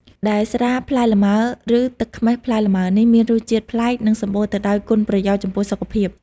ដែល ស្រាផ្លែលម៉ើ ឬ ទឹកខ្មេះផ្លែលម៉ើនេះ មានរសជាតិប្លែក និងសម្បូរទៅដោយគុណប្រយោជន៍ចំពោះសុខភាព។